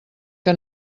que